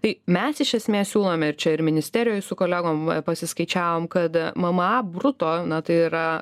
tai mes iš esmės siūlome ir čia ir ministerijoj su kolegom pasiskaičiavom kad mma bruto na tai yra